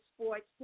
sports